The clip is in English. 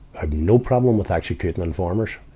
ah no problem with executing informers.